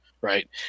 right